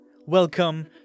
welcome